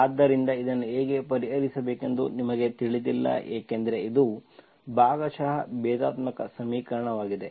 ಆದ್ದರಿಂದ ಇದನ್ನು ಹೇಗೆ ಪರಿಹರಿಸಬೇಕೆಂದು ನಿಮಗೆ ತಿಳಿದಿಲ್ಲ ಏಕೆಂದರೆ ಇದು ಭಾಗಶಃ ಭೇದಾತ್ಮಕ ಸಮೀಕರಣವಾಗಿದೆ